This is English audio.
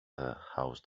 housed